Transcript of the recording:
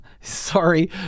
sorry